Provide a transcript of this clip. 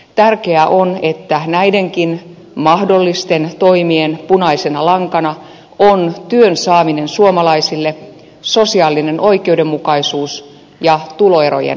tärkeää on että näidenkin mahdollisten toimien punaisena lankana on työn saaminen suomalaisille sosiaalinen oikeudenmukaisuus ja tuloerojen tasoittaminen